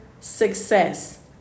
success